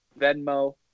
Venmo